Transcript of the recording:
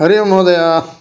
हरि ओम् महोदय